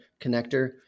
connector